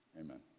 amen